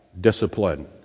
discipline